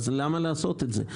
אז למה לעשות את זה?